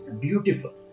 Beautiful